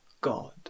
God